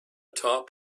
top